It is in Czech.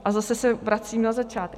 A zase se vracím na začátek.